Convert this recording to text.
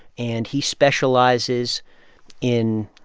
and he specializes in